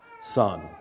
son